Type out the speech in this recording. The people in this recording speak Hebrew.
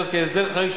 וזאת כהסדר חריג,